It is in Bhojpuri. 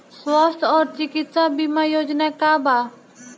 स्वस्थ और चिकित्सा बीमा योजना का बा?